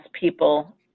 people